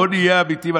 בוא נהיה אמיתיים,